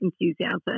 enthusiasm